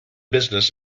business